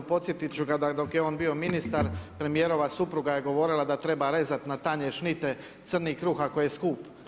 Podsjetit ću ga da dok je on bio ministar premijerova supruga je govorila da treba rezat na tanje šnite crni kruh ako je skup.